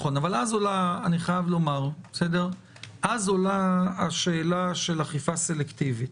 אני חייב לומר, אז עולה השאלה של אכיפה סלקטיבית.